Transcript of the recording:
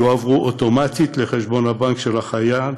יועברו אוטומטית לחשבון הבנק של החייל,